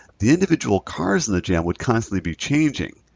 the individual cars in the jam would constantly be changing,